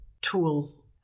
tool